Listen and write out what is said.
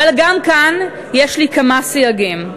אבל גם כאן יש לי כמה סייגים.